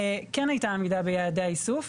כן הייתה עמידה ביעדי האיסוף,